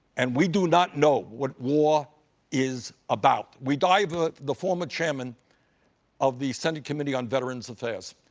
and we do not know what war is about. we divert the former chairman of the senate committee on veterans affairs.